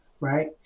right